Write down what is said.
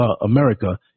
America